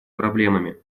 проблемами